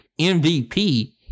MVP